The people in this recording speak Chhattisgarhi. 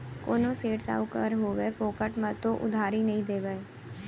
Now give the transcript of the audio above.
कोनो सेठ, साहूकार होवय फोकट म तो उधारी नइ देवय